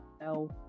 No